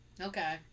Okay